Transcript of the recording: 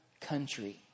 country